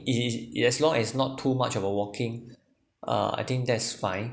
as long as not too much of a walking uh I think that's fine